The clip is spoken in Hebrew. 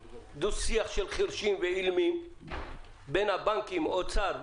חלקם לא עובדים במאה אחוז תפוקה,